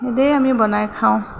সেইদৰেই আমি বনাই খাওঁ